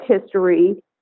history